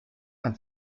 and